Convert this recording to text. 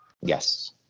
Yes